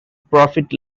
profit